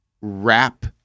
wrap